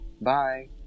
Bye